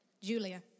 Julia